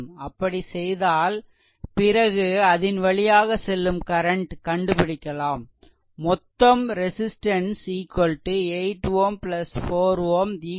அப்படி செய்தால் பிறகு அதின் வழியாக செல்லும் கரண்ட் கண்டுபிடிக்கலாம் மொத்த ரெசிஸ்ட்டன்ஸ் 8 Ω 4 Ω 12 Ω